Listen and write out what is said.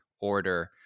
order